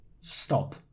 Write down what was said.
Stop